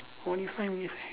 forty five minutes leh